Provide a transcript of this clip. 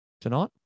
tonight